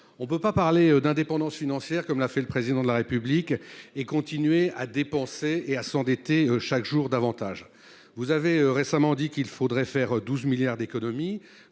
On ne peut parler d’indépendance financière, comme l’a fait le Président de la République, et continuer de dépenser et de s’endetter chaque jour davantage. Vous avez dit récemment qu’il faudrait faire 12 milliards d’euros